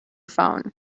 phone